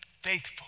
faithful